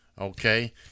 Okay